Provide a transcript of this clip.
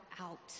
out